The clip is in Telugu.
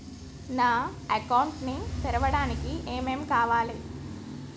నా అకౌంట్ ని తెరవడానికి ఏం ఏం కావాలే?